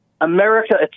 America